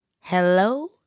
hello